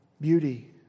beauty